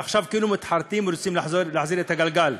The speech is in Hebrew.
ועכשיו כאילו מתחרטים ורוצים להחזיר את הגלגל.